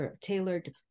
tailored